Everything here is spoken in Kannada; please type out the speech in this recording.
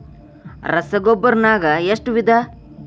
ರಸಗೊಬ್ಬರ ನಾಗ್ ಎಷ್ಟು ವಿಧ?